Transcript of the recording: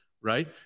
right